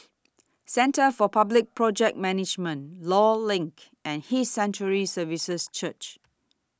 Centre For Public Project Management law LINK and His Sanctuary Services Church